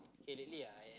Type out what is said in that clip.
k really I at